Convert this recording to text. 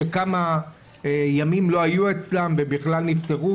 שכמה ימים לא היו אצלם ובכלל נפטרו,